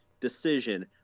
decision